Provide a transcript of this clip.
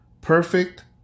perfect